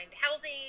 housing